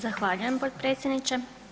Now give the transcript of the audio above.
Zahvaljujem potpredsjedniče.